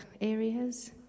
areas